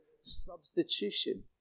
substitution